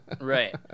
Right